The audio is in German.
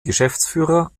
geschäftsführer